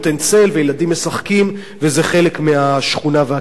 וילדים משחקים וזה חלק מהשכונה והקהילה.